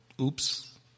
Oops